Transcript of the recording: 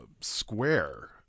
square